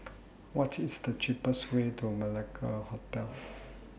What IS The cheapest Way to Malacca Hotel